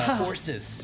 forces